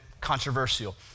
controversial